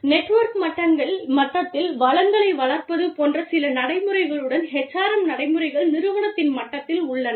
network மட்டத்தில் வளங்களை வளர்ப்பது போன்ற சில நடைமுறைகளுடன் HRM நடைமுறைகள் நிறுவனத்தின் மட்டத்தில் உள்ளன